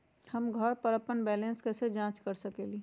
हम घर पर अपन बैलेंस कैसे जाँच कर सकेली?